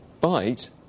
bite